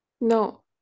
No